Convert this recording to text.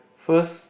first